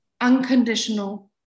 unconditional